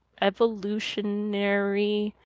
Evolutionary